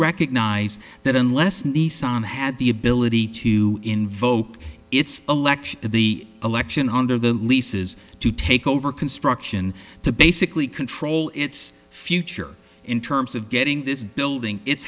recognize that unless nissan had the ability to invoke its election the election honda the leases to take over construction to basically control its future in terms of getting this building it